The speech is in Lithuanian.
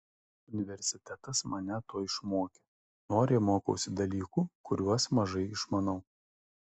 universitetas mane to išmokė noriai mokausi dalykų kuriuos mažai išmanau